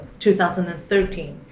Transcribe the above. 2013